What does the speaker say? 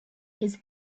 his